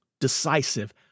decisive